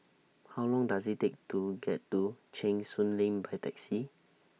How Long Does IT Take to get to Cheng Soon Lane By Taxi